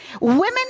Women